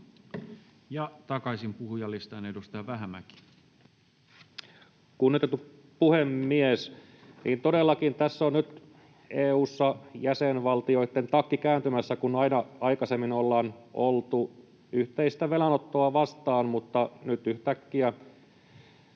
elpymispakettiin Time: 21:12 Content: Kunnioitettu puhemies! Todellakin tässä on nyt EU:ssa jäsenvaltioitten takki kääntymässä, kun aina aikaisemmin ollaan oltu yhteistä velanottoa vastaan, mutta nyt yhtäkkiä